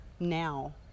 now